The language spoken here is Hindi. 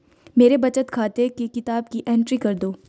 मेरे बचत खाते की किताब की एंट्री कर दो?